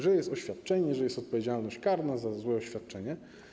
że jest oświadczenie, że jest odpowiedzialność karna za złe oświadczenie.